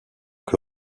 que